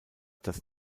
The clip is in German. das